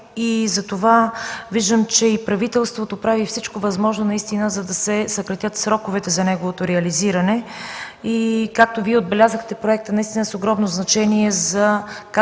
важен. Виждам, че и правителството прави всичко възможно, за да се съкратят сроковете за неговото реализиране. Както Вие отбелязахте, проектът е с огромно значение както